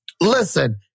listen